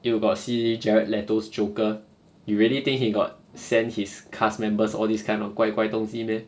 you got see gerald lantos joker you really think he got sent his cast members all these kind of 怪怪东西 meh